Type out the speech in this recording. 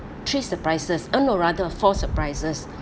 three surprises oh no rather four surprises